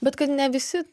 bet kad ne visi